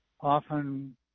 often